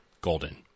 golden